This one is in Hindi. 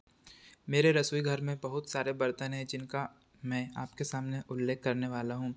मेरे रसोई घर में बहुत सारे बर्तन हैं जिनका मैं आपके सामने उल्लेख करने वाला हूँ